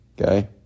okay